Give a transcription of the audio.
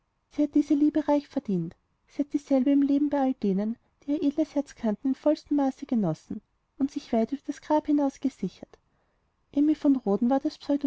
sie hat diese liebe reich verdient sie hat dieselbe im leben bei all denen die ihr edles herz kannten im vollsten maße genossen und sich weit über das grab hinaus gesichert emmy von rhoden war das